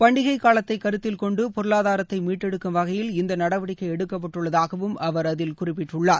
பண்டிகைக் காலத்தை கருத்தில் கொண்டு பொருளாதாரத்தை மீட்டெடுக்கும் வகையில் இந்த நடவடிக்கை எடுக்கப்பட்டுள்ளதாகவும் அவர் அதில் குறிப்பிட்டுள்ளார்